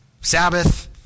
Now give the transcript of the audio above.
Sabbath